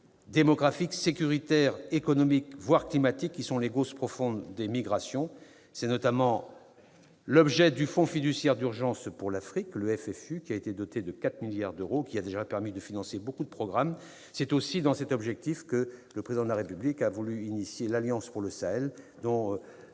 démographique, sécuritaire, économique, voire climatique, qui sont les causes profondes des migrations. Tel est notamment l'objet du Fonds fiduciaire d'urgence pour l'Afrique, le FFU, doté de 4 milliards d'euros, qui a déjà permis de financer de nombreux programmes. C'est aussi dans cette perspective que le Président de la République a souhaité prendre l'initiative de l'Alliance pour le Sahel, dont